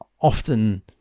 often